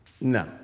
no